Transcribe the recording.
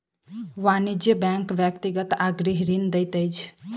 वाणिज्य बैंक व्यक्तिगत आ गृह ऋण दैत अछि